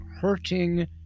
hurting